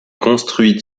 construite